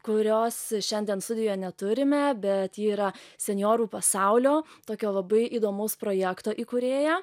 kurios šiandien studijoje neturime bet ji yra senjorų pasaulio tokio labai įdomaus projekto įkūrėja